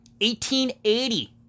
1880